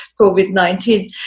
COVID-19